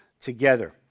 together